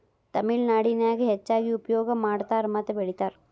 ತಮಿಳನಾಡಿನ್ಯಾಗ ಹೆಚ್ಚಾಗಿ ಉಪಯೋಗ ಮಾಡತಾರ ಮತ್ತ ಬೆಳಿತಾರ